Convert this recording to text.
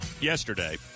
yesterday